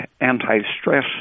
anti-stress